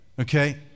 okay